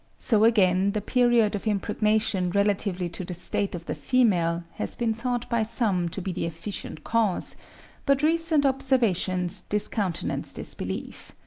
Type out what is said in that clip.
so again the period of impregnation relatively to the state of the female has been thought by some to be the efficient cause but recent observations discountenance this belief.